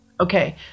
Okay